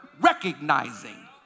recognizing